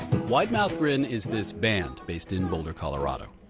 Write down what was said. wide mouth grin is this band, based in boulder, colo. ah but